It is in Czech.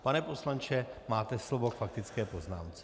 Pane poslanče, máte slovo k faktické poznámce.